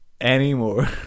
anymore